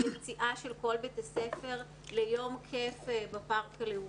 יציאה של כל בית הספר ליום כייף בפארק הלאומי,